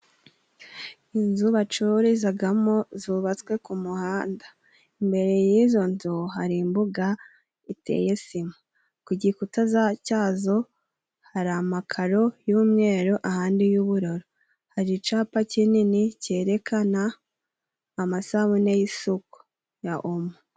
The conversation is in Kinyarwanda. Inzu bacururizagamo zubatswe ku muhanda. Imbere y'izo nzu hari imbuga iteye sima. Ku gikuta cyazo hari amakaro y'umweru ahandi y'ubururu. Hari icapa kinini cyerekana amasabune y'isoko ya omo.